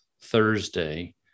Thursday